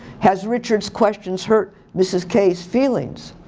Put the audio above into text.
has richard's questions hurt mrs. k's feelings?